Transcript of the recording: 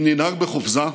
אם ננהג בחופזה,